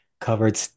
covered